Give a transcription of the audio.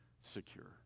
secure